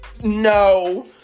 no